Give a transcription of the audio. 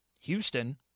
Houston